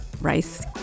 rice